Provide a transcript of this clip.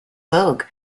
vogue